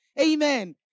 Amen